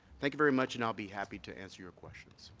thank you very much and i'll be happy to answer your question.